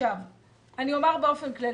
אני אומר באופן כללי.